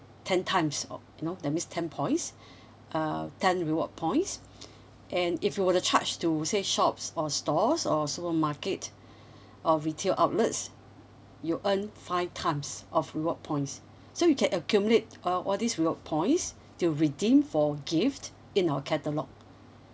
ten times o~ you know that means ten points uh ten reward points and if you were to charge to say shops or stores or supermarket or retail outlets you earn five times of reward points so you can accumulate uh all this reward points to redeem for gift in our catalogue